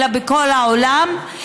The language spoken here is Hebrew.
אלא בכל העולם,